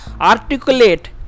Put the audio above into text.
articulate